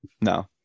No